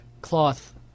cloth